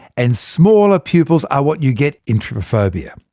and smaller pupils are what you get in trypophobia.